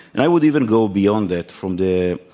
and i would even go beyond that from the